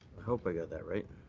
hope i got that right.